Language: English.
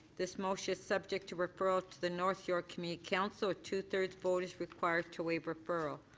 this motion is subject to referral to the north york community council. a two-thirds vote is required to waive referral.